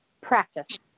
practice